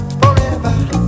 forever